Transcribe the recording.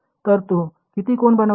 तर तो किती कोण बनवतो